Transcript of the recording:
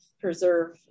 preserve